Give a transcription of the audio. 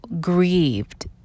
grieved